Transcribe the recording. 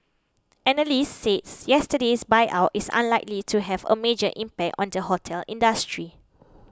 analysts said yesterday's buyout is unlikely to have a major impact on the hotel industry